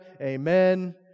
Amen